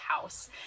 house